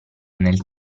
nel